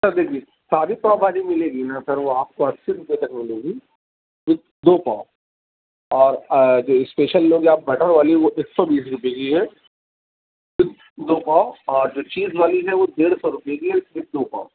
سر دیکھیے سادی پاؤ بھاجی ملے گی نا سر وہ آپ کو اسی روپے تک میں ملے گی صرف دو پاؤ اور جو اسپیشل لو گے آپ بٹر والی وہ ایک سو بیس روپے کی ہے صرف دو پاؤ اور جو چیز والی ہے وہ ڈیڑھ سو روپے کی ہے صرف دو پاؤ